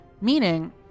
meaning